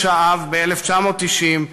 בוש האב, ב-1990,